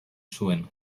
zuen